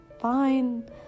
fine